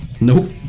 Nope